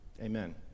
Amen